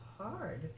hard